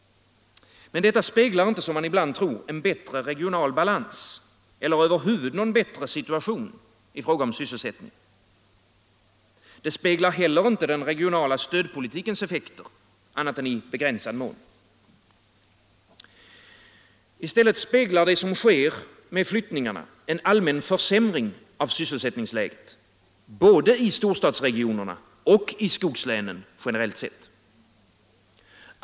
Men detta förhållande speglar inte, som man ibland tror, en bättre regional balans eller över huvud taget någon bättre situation i fråga om sysselsättningen. Det speglar heller inte, annat än i begränsad mån, den regionala stödpolitikens effekter. Befolkningsomflyttningarna speglar i stället generellt sett en allmän försämring av sysselsättningsläget både i storstadsregionerna och i skogslänen.